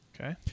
Okay